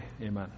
amen